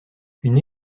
une